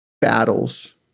battles